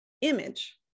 image